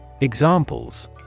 Examples